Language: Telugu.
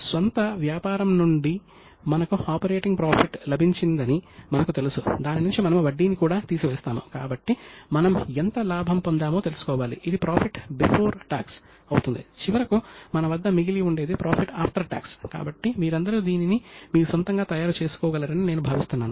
ఆర్థిక సంస్థలలో అకౌంటింగ్ యొక్క ప్రాముఖ్యతను అతను గుర్తించాడు మరియు వనరులను సమర్థవంతంగా కేటాయించటానికి ఆర్థిక పనితీరునుపరిస్థితిని సరిగ్గా కొలవడం చాలా అవసరమని అతను గ్రహించాడు